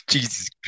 Jesus